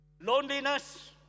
loneliness